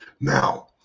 Now